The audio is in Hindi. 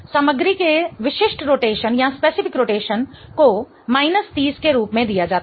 सामग्री के विशिष्ट रोटेशन को माइनस 30 के रूप में दिया जाता है